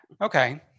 Okay